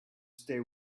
stay